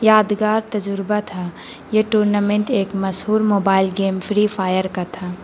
یادگار تجربہ تھا یہ ٹورنامنٹ ایک مشہور موبائل گیم فری فائر کا تھا